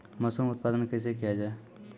Mushroom उत्पादन कैसे किया जाय?